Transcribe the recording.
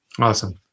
Awesome